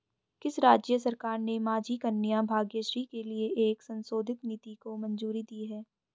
किस राज्य सरकार ने माझी कन्या भाग्यश्री के लिए एक संशोधित नीति को मंजूरी दी है?